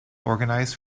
organised